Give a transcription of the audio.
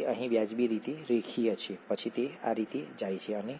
તે અહીં વ્યાજબી રીતે રેખીય છે પછી તે આ રીતે જાય છે અને